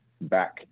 back